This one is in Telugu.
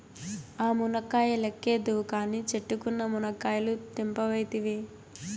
ఆ మునక్కాయ లెక్కేద్దువు కానీ, చెట్టుకున్న మునకాయలు తెంపవైతివే